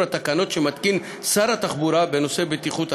התקנות שמתקין שר התחבורה בנושא בטיחות הרכב.